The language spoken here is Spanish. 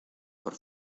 por